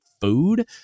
food